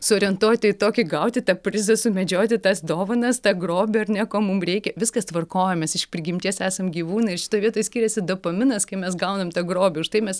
suorientuoti į tokį gauti tą prizą sumedžioti tas dovanas tą grobį ar ne ko mum reikia viskas tvarkoj mes iš prigimties esam gyvūnai ir šitoj vietoj skiriasi dopaminas kai mes gaunam tą grobį užtai mes